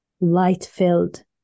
light-filled